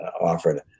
offered